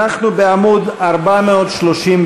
אנחנו בעמוד 437,